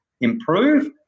improve